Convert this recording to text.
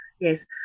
yes